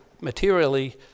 materially